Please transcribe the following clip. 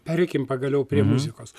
pereikim pagaliau prie muzikos